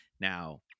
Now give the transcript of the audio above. Now